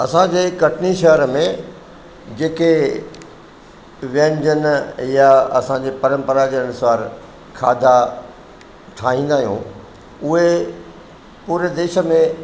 असांजे कटनी शहर में जेके व्यंजन या असांजे परंपरा जे अनुसार खाधा ठाहींदा आहियूं उहे पूरे देश में